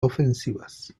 ofensivas